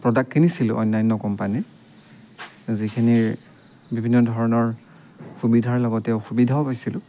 product কিনিছিলোঁ অন্য়ান্য় কোম্পানীৰ যিখিনিৰ বিভিন্ন ধৰণৰ সুবিধাৰ লগতে অসুবিধাও পাইছিলোঁ